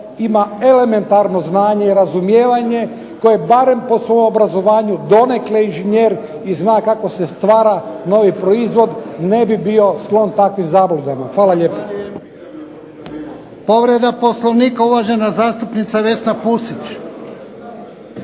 ima elementarno znanje i razumijevanje, tko je barem po svom obrazovanju donekle inženjer i zna kako se stvara novi proizvod, ne bi bio sklon takvim zabludama. Hvala lijepa.